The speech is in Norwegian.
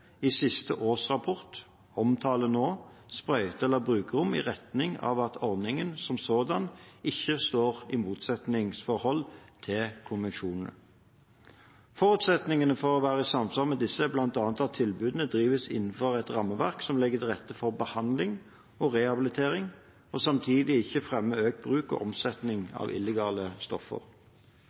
i siste årsrapport nå omtaler sprøyte- eller brukerrom i retning av at ordningen som sådan ikke står i motsetningsforhold til konvensjonene. Forutsetningene for å være i samsvar med disse er bl.a. at tilbudene drives innenfor et rammeverk som legger til rette for behandling og rehabilitering, og samtidig ikke fremmer økt bruk og omsetning av illegale stoffer.